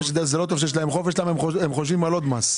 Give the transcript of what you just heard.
שתדע שזה לא טוב שיש להם חופש כי הם חושבים על עוד מס.